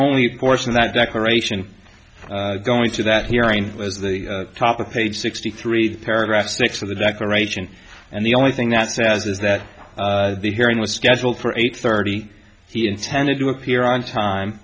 only portion of that declaration going to that hearing was the top of page sixty three paragraph six for the declaration and the only thing that says is that the hearing was scheduled for eight thirty he intended to appear on time